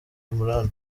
imran